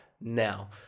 Now